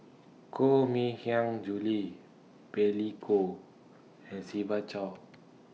Koh MI Hiang Julie Billy Koh and Siva Choy